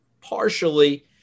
partially